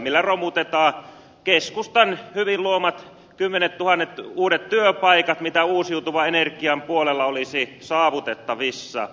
tällä romutetaan ne keskustan hyvin luomat kymmenet tuhannet uudet työpaikat mitä uusiutuvan energian puolella olisi saavutettavissa